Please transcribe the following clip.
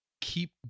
keep